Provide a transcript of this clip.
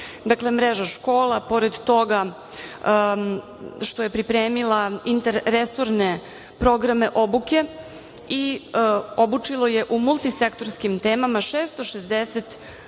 dakle, mreža škola, pored toga što je pripremila interesorane programe obuke i obučilo je u multisektorskim temama 660